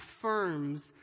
affirms